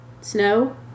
snow